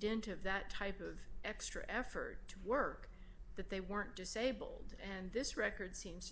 dint of that type of extra effort to work that they weren't disabled and this record seems